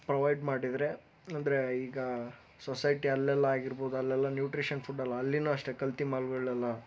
provide ಮಾಡಿದರೆ ಅಂದರೆ ಈಗ ಸೊಸೈಟಿ ಅಲ್ಲೆಲ್ಲ ಆಗಿರ್ಬೋದು ಅಲ್ಲೆಲ್ಲ ನ್ಯೂಟ್ರಿಷನ್ ಫುಡ್ ಎಲ್ಲ ಅಲ್ಲಿನೂ ಅಷ್ಟೇ ಕಲ್ತಿ ಮಾಲ್ಗಳನ್ನೆಲ್ಲ